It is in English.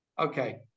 Okay